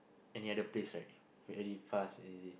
any other place right very fast and easy